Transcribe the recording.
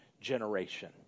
generation